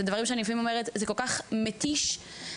אלה דברים שלפעמים אני אומר שזה כל כך מתיש ונוראי,